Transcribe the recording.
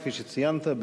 כפי שציינת,